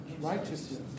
righteousness